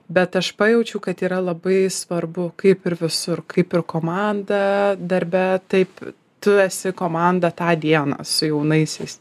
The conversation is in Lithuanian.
bet aš pajaučiau kad yra labai svarbu kaip ir visur kaip ir komanda darbe taip tu esi komanda tą dieną su jaunaisiais